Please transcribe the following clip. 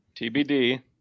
TBD